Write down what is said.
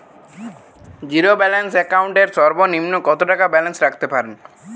Zero balance account এর সর্বনিম্ন কত টাকা ব্যালেন্স রাখতে হবে?